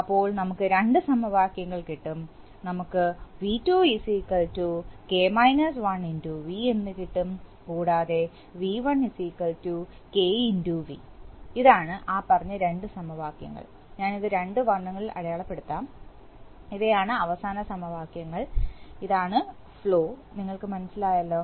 അപ്പോൾ നമുക്ക് രണ്ട് സമവാക്യങ്ങൾ കിട്ടും നമുക്ക് V2 x V എന്ന് കിട്ടും കൂടാതെ V1 K x V ഇതാണ് ആ പറഞ്ഞ രണ്ട് സമവാക്യങ്ങൾ ഞാനിത് രണ്ട് വർണ്ണങ്ങളിൽ അടയാളപ്പെടുത്താം ഇവയാണ് അവസാന സമവാക്യങ്ങൾ ഇതാണ് ഫ്ലോ നിങ്ങൾക്ക് മനസ്സിലായല്ലോ